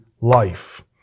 life